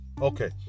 Okay